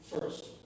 First